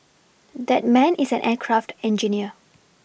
that man is an aircraft engineer